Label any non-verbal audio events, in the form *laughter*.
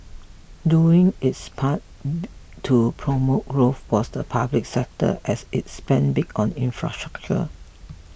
doing its part *noise* to promote growth was the public sector as it spent big on infrastructure